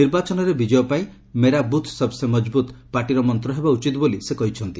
ନିର୍ବାଚନରେ ବିଜୟ ପାଇଁ ମୋରା ବୁଥ ସବ୍ସେ ମଜବୁତ' ପାର୍ଟିର ମନ୍ତ୍ର ହେବା ଉଚିତ ବୋଲି ସେ କହିଛନ୍ତି